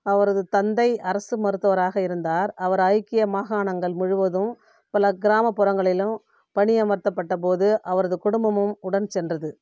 அவரது தந்தை அரசு மருத்துவராக இருந்தார் அவர் ஐக்கிய மாகாணங்கள் முழுவதும் பல கிராமப்புறங்களிலும் பணியமர்த்தப்பட்ட போது அவரது குடும்பமும் உடன் சென்றது